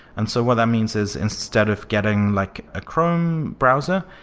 and so what that means is instead of getting like a chrome browser,